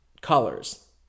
colors